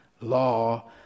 Law